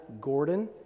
Gordon